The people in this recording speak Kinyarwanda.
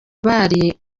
bari